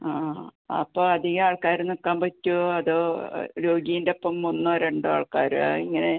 ആ അപ്പം അധികം ആൾക്കാർ നിൽക്കാൻ പറ്റുമോ അതോ രോഗീൻറെ ഒപ്പം ഒന്നോ രണ്ടോ ആൾക്കാരോ അത് എങ്ങനെ